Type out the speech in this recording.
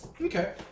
Okay